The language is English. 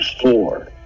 four